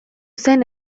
zen